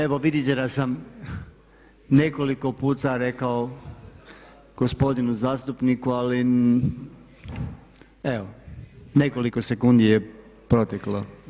Evo vidite da sam nekoliko puta rekao gospodinu zastupniku, ali evo nekoliko sekundi je proteklo.